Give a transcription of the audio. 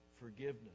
Forgiveness